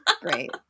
Great